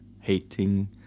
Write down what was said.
hating